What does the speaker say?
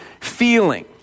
feeling